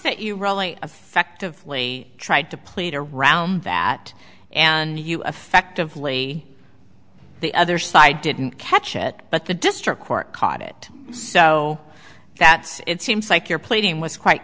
that you really effectively tried to played around that and you affectively the other side didn't catch it but the district court caught it so that it seems like you're plating was quite